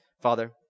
Father